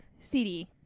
CD